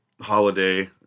holiday